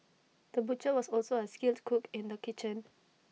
the butcher was also A skilled cook in the kitchen